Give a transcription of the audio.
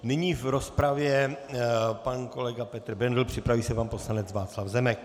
Nyní v rozpravě pan kolega Petr Bendl, připraví se pan poslanec Václav Zemek.